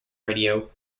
radio